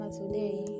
today